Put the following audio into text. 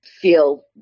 feel